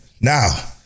now